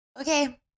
Okay